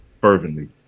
fervently